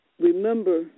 remember